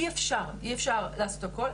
אי אפשר לעשות הכל.